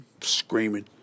screaming